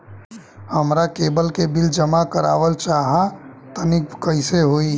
हमरा केबल के बिल जमा करावल चहा तनि कइसे होई?